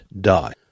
die